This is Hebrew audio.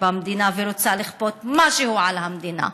במדינה ורוצה לכפות משהו על המדינה.